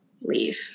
leave